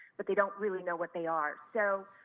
but they don't really know what they are. so,